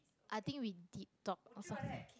I think we deep talk